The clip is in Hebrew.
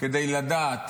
כדי לדעת